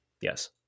Yes